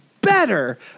better